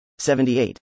78